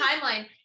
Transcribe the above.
timeline